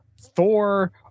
thor